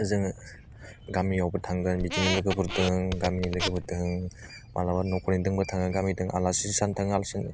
जोङो गामियावबो थांगोन बिदिनो लोगोफोरदों गामिनि लोगोफोरदों मालाबा नखरनिदोंबो थाङो गामिदों आलासि जानो थाङो आलासि